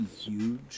huge